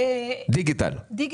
מה בדיגיטל?